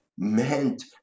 meant